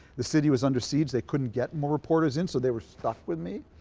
the city was under siege they couldn't get more reporters in so they were stuck with me.